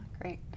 great